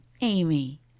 Amy